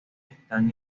están